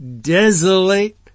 desolate